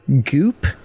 goop